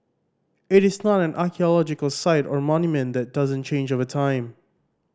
it is not an archaeological site or monument that doesn't change over time